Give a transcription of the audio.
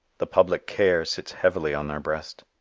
the public care sits heavily on their breast.